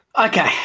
Okay